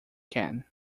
can